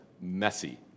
messy